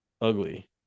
ugly